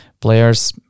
players